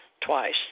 twice